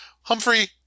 Humphrey